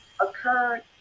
occurred